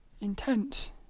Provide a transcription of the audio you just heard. intense